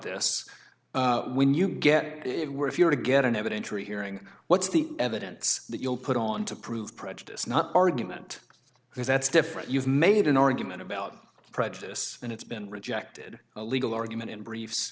this when you get it where if you were to get an evidentiary hearing what's the evidence that you'll put on to prove prejudice not argument because that's different you've made an argument about prejudice and it's been rejected a legal argument in briefs